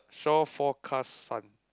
shore forecast sun